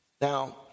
Now